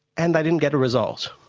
and they didn't get a result.